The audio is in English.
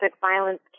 violence